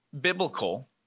Biblical